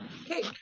Okay